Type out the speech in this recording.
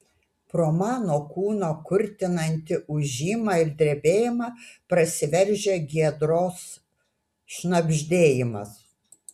pro mano kūno kurtinantį ūžimą ir drebėjimą prasiveržia giedros šnabždėjimas